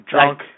Drunk